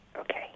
okay